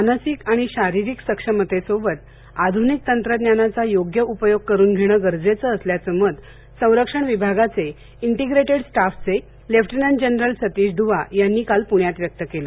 मानसिक आणि शारीरिक सक्षमतेसोबत आध्वनिक तंत्रज्ञानाचा योग्य उपयोग करून घेणं गरजेचं असल्याचं मत संरक्षण विभागाचे इंन्टिग्रेटेस स्टाफ चे लेफ्टनंट जनरल सतीश दुवा यांनी आज पुण्यात व्यक्त केलं